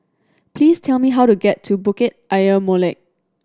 please tell me how to get to Bukit Ayer Molek